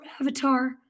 Avatar